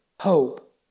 hope